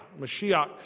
Mashiach